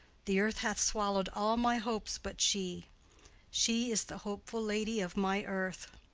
the earth hath swallowed all my hopes but she she is the hopeful lady of my earth.